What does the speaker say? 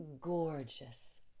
gorgeous